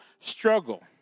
struggle